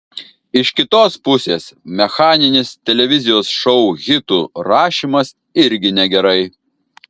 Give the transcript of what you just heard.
iš kitos pusės mechaninis televizijos šou hitų rašymas irgi negerai